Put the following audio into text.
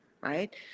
right